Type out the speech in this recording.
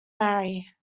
marry